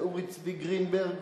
ואורי צבי גרינברג,